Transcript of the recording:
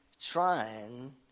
trying